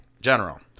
general